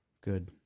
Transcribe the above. Good